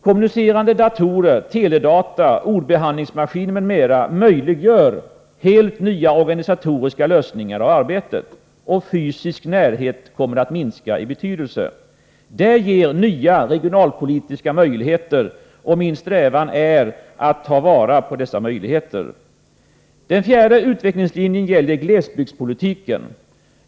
Kommunicerande datorer, teledata, ordbehandlingsmaskiner m.m. möjliggör helt nya organisatoriska lösningar av arbetet. Fysisk närhet minskar i betydelse. Det ger nya regionalpolitiska möjligheter. Min strävan är att ta vara på dessa möjligheter. Den fjärde utvecklingslinjen gäller glesbygdspolitiken.